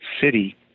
city